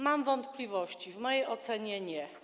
Mam wątpliwości, w mojej ocenie - nie.